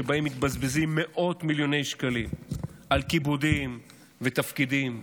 שבהם מתבזבזים מאות מיליוני שקלים על כיבודים ועל תפקידים.